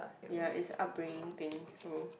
ya is upbringing thing so